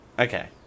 Okay